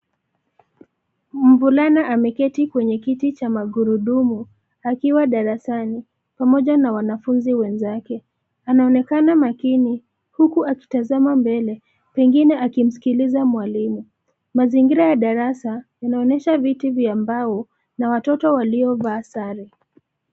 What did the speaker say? Mvulana ameketi kwenye kiti cha magurudumu akiwa darasani pamoja na wanafunzi wenzake. Anaonekana makini huku akitazama mbele pengine akimskiliza mwalimu. Mazingira ya darasa yanaonyesha viti vya mbao na watoto waliovaa sare.